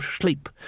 sleep